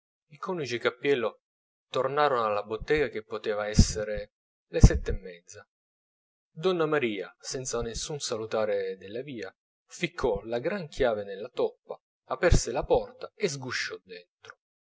i coniugi cappiello tornarono alla bottega che potevano essere le sette e mezza donna maria senza nessuno salutare della via ficcò la gran chiave nella toppa aperse la porta e sgusciò dentro